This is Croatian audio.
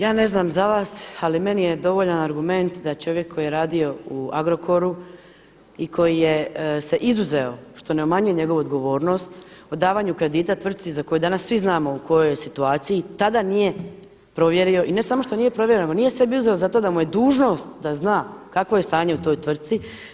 Ja ne znam za vas, ali meni je dovoljan argument da čovjek koji je radio u Agrokoru i koji se izuzeo, što ne umanjuje njegovu odgovornost, o davanju kredita tvrtci za koju danas svi znamo u kojoj je situaciji, tada nije provjerio i ne samo što nije provjerio, nego nije sebi uzeo za to da mu je dužnost da zna kakvo je stanje u toj tvrtci.